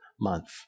month